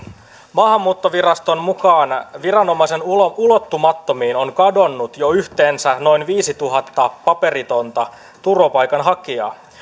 maahanmuuttoviraston mukaan viranomaisen ulottumattomiin on kadonnut jo yhteensä noin viisituhatta paperitonta turvapaikanhakijaa